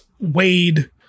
Wade